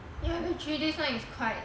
the three days [one] is quite